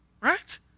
Right